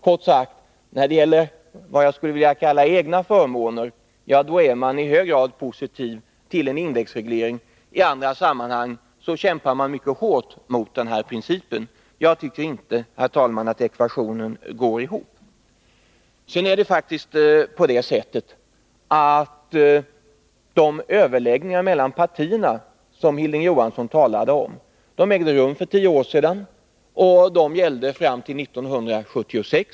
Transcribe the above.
Kort sagt: När det gäller vad jag skulle vilja kalla egna förmåner är man i hög grad positiv till en indexreglering, men i andra sammanhang kämpar man mycket hårt mot denna princip. Jag tycker inte, herr talman, att den ekvationen går ihop. De överläggningar mellan partierna som Hilding Johansson talade om ägde vidare faktiskt rum för tio år sedan och avsåg tiden fram till 1976.